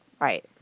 Right